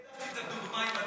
אני העדפתי את הדוגמה עם הדייט.